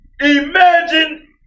imagine